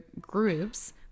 groups